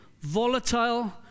volatile